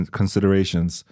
considerations